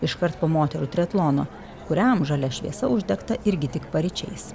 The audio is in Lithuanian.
iškart po moterų triatlono kuriam žalia šviesa uždegta irgi tik paryčiais